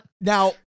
now